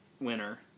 winner